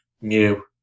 Mew